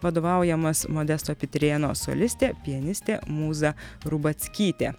vadovaujamas modesto pitrėno solistė pianistė mūza rubackytė